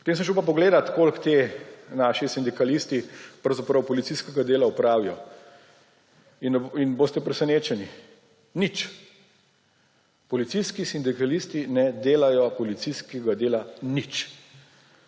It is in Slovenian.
Potem sem šel pa pogledat, koliko ti naši sindikalisti pravzaprav policijskega dela opravijo. In boste presenečeni, nič, policijski sindikalisti ne delajo policijskega dela nič.